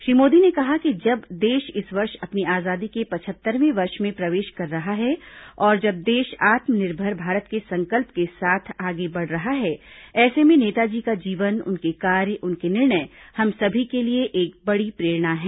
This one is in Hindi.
श्री मोदी ने कहा कि जब देश इस वर्ष अपनी आजादी के पचहत्तरवें वर्ष में प्रवेश कर रहा है और जब देश आत्मनिर्भर भारत के संकल्प के साथ आगे बढ़ रहा है ऐसे में नेताजी का जीवन उनके कार्य उनके निर्णय हम सभी के लिए एक बड़ी प्रेरणा हैं